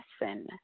lesson